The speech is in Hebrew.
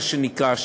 מה שנקרא,